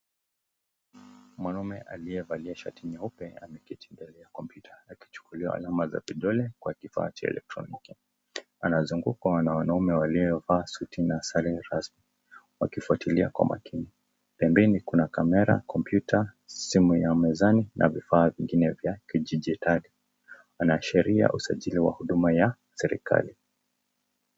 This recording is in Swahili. Mwanaume aliyevalia shati nyeupe, ameketi mbele ya kompyuta akichukuliwa alama za kidole kwa kifaa cha elektoniki. Anazungukwa na wanaume waliovaa suti na sare rasmi, wakifuatilia kwa umakini. Pembeni, kuna kamera, kompyuta, simu ya mezani na vifaa vingine vya kidijitali. Wanaashiria usajili wa huduma ya serikali.